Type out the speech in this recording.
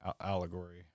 allegory